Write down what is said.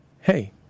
Hey